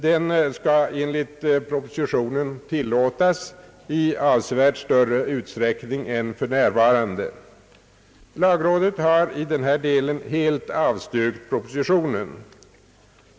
Den skall enligt propositionen tillåtas i avsevärt större utsträckning än för närvarande. Lagrådet har i denna del helt avstyrkt propositionen.